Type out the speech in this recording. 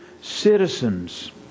citizens